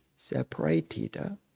separated